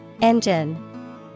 Engine